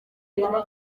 nabi